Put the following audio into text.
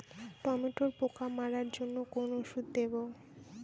টমেটোর পোকা মারার জন্য কোন ওষুধ দেব?